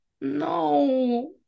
No